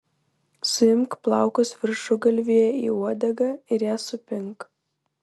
suimk plaukus viršugalvyje į uodegą ir ją supink